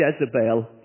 Jezebel